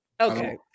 okay